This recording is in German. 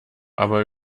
aber